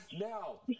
Now